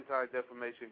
Anti-Defamation